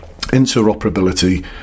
Interoperability